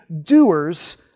doers